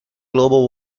global